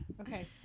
okay